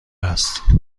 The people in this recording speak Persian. است